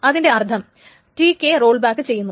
അതിന്റെ അർത്ഥം Tk roll back ചെയ്യുന്നു